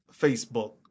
Facebook